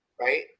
right